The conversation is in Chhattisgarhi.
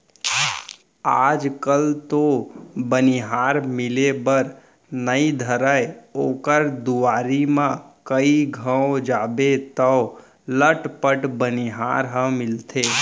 आज कल तो बनिहार मिले बर नइ धरय ओकर दुवारी म कइ घौं जाबे तौ लटपट बनिहार ह मिलथे